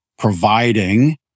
Providing